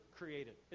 created